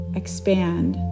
expand